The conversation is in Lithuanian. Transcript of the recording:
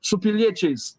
su piliečiais